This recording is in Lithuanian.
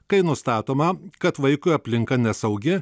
kai nustatoma kad vaikui aplinka nesaugi